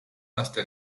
hasta